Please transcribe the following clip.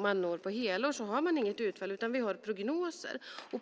man når på helår har man inget utfall, utan vi har prognoser.